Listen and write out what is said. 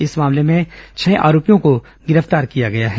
इस मामले में छह आरोपियों को गिरफ्तार किया गया है